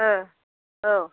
ओ औ